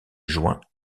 juin